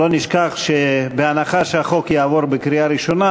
שלא נשכח שבהנחה שהחוק יעבור בקריאה ראשונה,